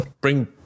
bring